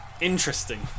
Interesting